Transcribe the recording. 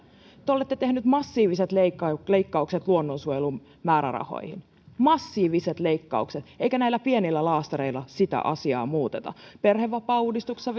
te olette tehneet massiiviset leikkaukset leikkaukset luonnonsuojelun määrärahoihin massiiviset leikkaukset eikä näillä pienillä laastareilla sitä asiaa muuteta perhevapaauudistuksessa